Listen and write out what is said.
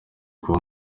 kuba